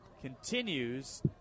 continues